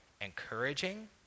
encouraging